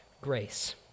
grace